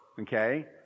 okay